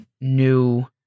new